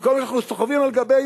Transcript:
עם כל מה שאנחנו סוחבים על גבנו,